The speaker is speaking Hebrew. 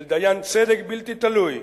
של דיין צדק בלתי תלוי,